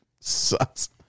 sucks